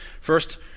First